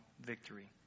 victory